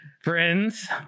friends